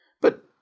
But